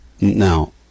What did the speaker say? now